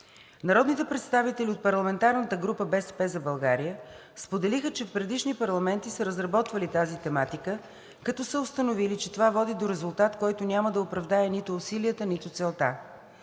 Народните представители от парламентарната група „БСП за България“ споделиха, че в предишни парламенти са разработвали тази тематика, като са установили, че това води до резултат, който няма да оправдае нито усилията, нито целта.